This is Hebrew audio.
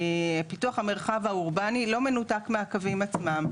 פיתוח המרחב האורבני לא מנותק מהקווים עצמם,